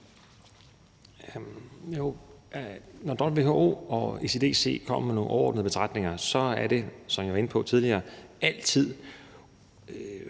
Når ECDC og WHO kommer med nogle overordnede betragtninger, er det, som jeg var inde på tidligere, altid